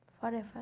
forever